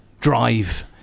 drive